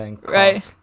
Right